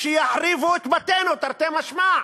שיחריבו את בתינו, תרתי משמע.